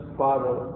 father